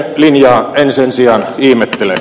rkpn linjaa en sen sijaan ihmettele